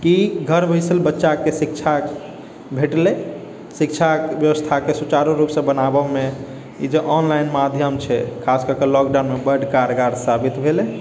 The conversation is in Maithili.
की घर बैसल बच्चाके शिक्षा भेटलै शिक्षा बेबस्थाके सुचारु रूपसँ बनाबैमे ई जे ऑनलाइन माध्यम छै खास करिकऽ लॉकडाउनमे बड़ कारगार साबित भेलै